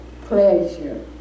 pleasure